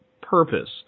purpose